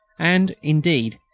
and, indeed,